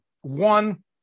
one